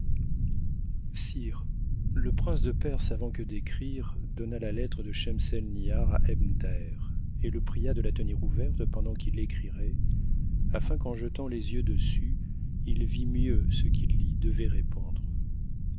sire le prince de perse avant que d'écrire donna la lettre de schemselnihar à ebn thaher et le pria de la tenir ouverte pendant qu'il écrirait afin qu'en jetant les yeux dessus il vtt mieux ce qu'il y devait répondre